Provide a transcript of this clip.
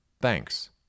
Thanks